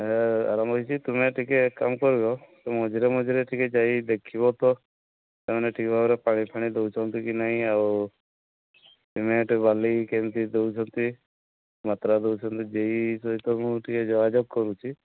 ଆରମ୍ଭ ହେଇଚି ତୁମେ ଟିକେ କାମ କରିବ ମଝିରେ ମଝିରେ ଟିକେ ଯାଇ ଦେଖିବ ତ ସେମାନେ ଠିକ୍ ଭାବରେ ପାଣି ଫାଣି ଦେଉଛନ୍ତି କି ନାହିଁ ଆଉ ସିମେଣ୍ଟ ବାଲି କେମିତି ଦେଉଛନ୍ତି ମାତ୍ରା ଦେଉଛନ୍ତି ଜେ ଇ ସହିତ ମୁଁ ଟିକେ ଯୋଗାଯୋଗ କରୁଛି